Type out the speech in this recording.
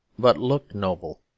but looked noble.